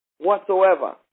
whatsoever